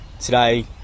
today